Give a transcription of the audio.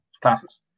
classes